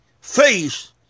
face